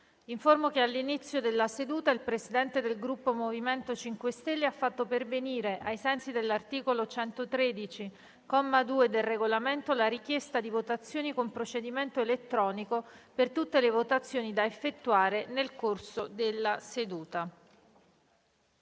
che all'inizio della seduta il Presidente del Gruppo MoVimento 5 Stelle ha fatto pervenire, ai sensi dell'articolo 113, comma 2, del Regolamento, la richiesta di votazione con procedimento elettronico per tutte le votazioni da effettuare nel corso della seduta.